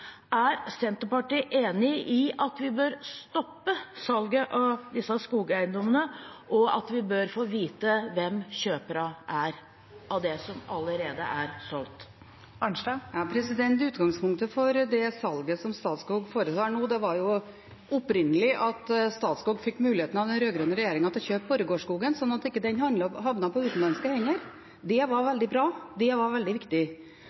Er Senterpartiet enig i at vi bør stoppe salget av disse skogeiendommene, og at vi bør få vite hvem kjøperne av det som allerede er solgt, er? Utgangspunktet for det salget som Statskog foretar nå, var opprinnelig at Statskog fikk muligheten av den rød-grønne regjeringen til å kjøpe Borregaards skog, slik at den ikke havnet på utenlandske hender. Det var veldig bra – det var veldig viktig.